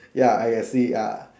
ya I can see uh